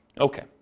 Okay